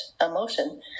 emotion